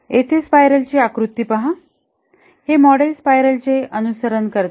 येथे स्पाइरलं ची आकृती पहा हे मॉडेल स्पायरलचेअनुसरण करते